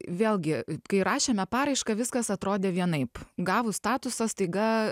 vėlgi kai rašėme paraišką viskas atrodė vienaip gavus statusą staiga